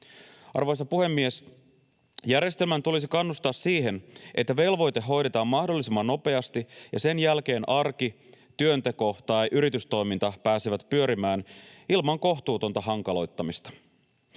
Arvoisa puhemies! Järjestelmän tulisi kannustaa siihen, että velvoite hoidetaan mahdollisimman nopeasti ja sen jälkeen arki, työnteko tai yritystoiminta pääsee pyörimään ilman kohtuutonta hankaloittamista.